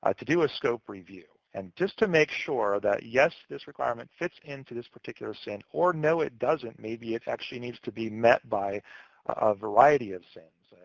ah to do a scope review, and just to make sure that, yes, this requirement fits into this particular sin, or no, it doesn't. maybe it actually needs to be met by a variety of sins, and